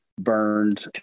burned